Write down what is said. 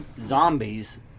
zombies